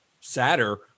sadder